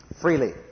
Freely